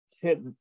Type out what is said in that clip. hit